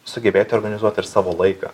sugebėti organizuot ir savo laiką